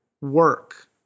work